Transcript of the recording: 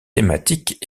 thématiques